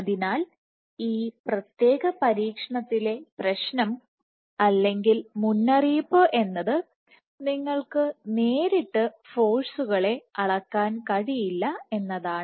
അതിനാൽ ഈ പ്രത്യേക പരീക്ഷണത്തിലെ പ്രശ്നംഅല്ലെങ്കിൽ മുന്നറിയിപ്പ് എന്നത്നിങ്ങൾക്ക് നേരിട്ട് ഫോഴ്സുകളെ അളക്കാൻ കഴിയില്ല എന്നതാണ്